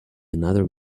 another